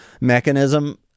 mechanism